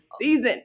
season